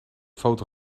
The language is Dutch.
foto